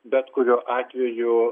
bet kuriuo atveju